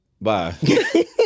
Bye